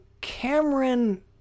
Cameron